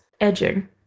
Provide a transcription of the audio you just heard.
edging